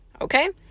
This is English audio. Okay